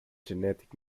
genetic